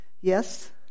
yes